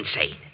insane